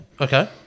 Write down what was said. Okay